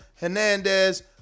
Hernandez